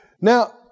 Now